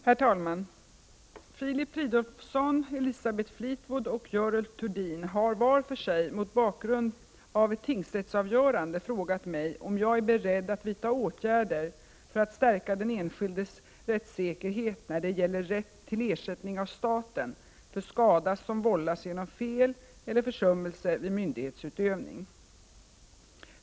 Herr talman! Filip Fridolfsson, Elisabeth Fleetwood och Görel Thurdin har var för sig mot bakgrund av ett tingsrättsavgörande frågat mig om jag är beredd att vidta åtgärder för att stärka den enskildes rättssäkerhet när det gäller rätt till ersättning av staten för skada som vållas genom fel eller försummelse vid myndighetsutövning.